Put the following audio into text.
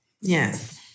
Yes